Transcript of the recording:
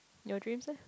your dream's leh